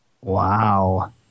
Wow